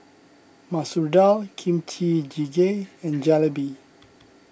Masoor Dal Kimchi Jjigae and Jalebi